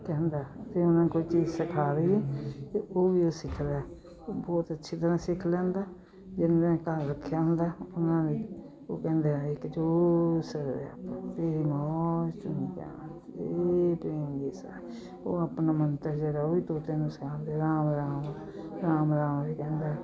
ਕਹਿੰਦਾ ਜੇ ਇਹਨੂੰ ਕੋਈ ਚੀਜ਼ ਸਿਖਾ ਦੇਈਏ ਤਾਂ ਉਹ ਵੀ ਉਹ ਸਿੱਖਦਾ ਬਹੁਤ ਅੱਛੀ ਤਰ੍ਹਾਂ ਸਿੱਖ ਲੈਂਦਾ ਜਿਨ੍ਹਾਂ ਨੇ ਘਰ ਰੱਖਿਆ ਹੁੰਦਾ ਉਨ੍ਹਾਂ ਲਈ ਉਹ ਕਹਿੰਦੇ ਉਹ ਆਪਣਾ ਮੰਤਰ ਜਿਹੜਾ ਉਹ ਵੀ ਤੋਤੇ ਨੂੰ ਸਿਖਾਉਂਦੇ ਰਾਮ ਰਾਮ ਰਾਮ ਰਾਮ ਵੀ ਕਹਿੰਦਾ